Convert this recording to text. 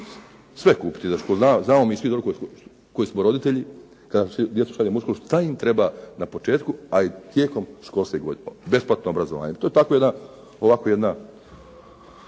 sve kupiti za školu, znamo mi dobro koji smo roditelji kada djecu šaljemo u školu što im treba na početku a i tijekom školske godine, besplatno obrazovanje, to je tako jedan izraz koji je tako